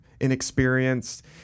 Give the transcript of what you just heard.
inexperienced